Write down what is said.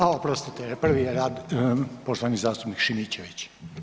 A oprostite, prvi je poštovani zastupnik Šimičević.